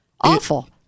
awful